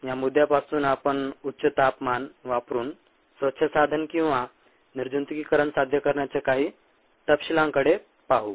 या मुद्द्यापासून आपण उच्च तपमान वापरून स्वच्छ साधन किंवा निर्जंतुकीकरण साध्य करण्याच्या काही तपशीलांकडे पाहू